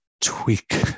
tweak